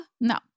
No